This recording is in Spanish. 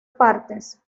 partes